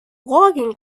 logging